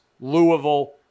Louisville